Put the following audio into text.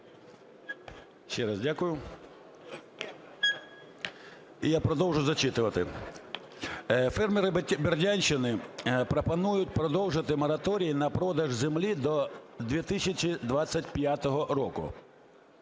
Ще раз дякую. І я продовжу зачитувати. Фермери Бердянщини пропонують продовжити мораторій на продаж землі до 2025 року.